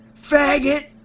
Faggot